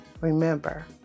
remember